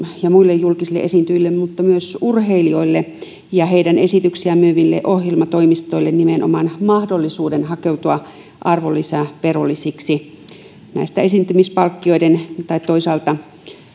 ja muille julkisille esiintyjille vaan myös urheilijoille ja heidän esityksiään myyville ohjelmatoimistoille nimenomaan mahdollisuus hakeutua arvonlisäverovelvollisiksi näiden esiintymispalkkioiden tai toisaalta